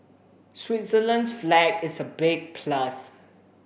Switzerland's flag is a big plus